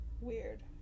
weird